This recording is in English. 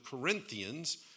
Corinthians